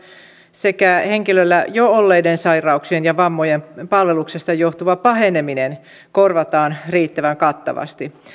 sekä henkilöllä jo olleiden sairauksien ja vammojen palveluksesta johtuva paheneminen korvataan riittävän kattavasti